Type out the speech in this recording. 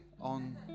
on